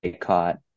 caught